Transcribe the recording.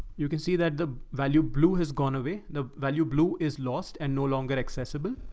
you can see that the value blue has gone away. the value blue is lost and no longer accessible,